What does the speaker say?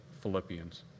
Philippians